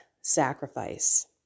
sacrifice